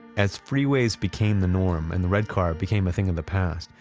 as freeways became the norm and the red car became a thing of the past,